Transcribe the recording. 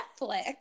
Netflix